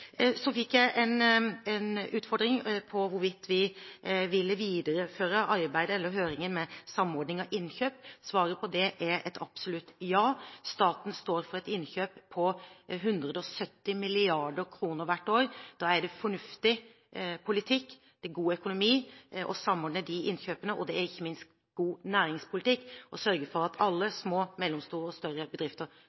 Så fikk jeg en utfordring – hvorvidt vi ville videreføre høringen om samordning av innkjøp. Svaret på det er et absolutt ja. Staten står for et innkjøp på 170 mrd. kr hvert år. Da er det fornuftig politikk – god økonomipolitikk – å samordne disse innkjøpene. Og det er, ikke minst, god næringspolitikk å sørge for at alle